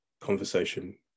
conversation